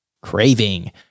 craving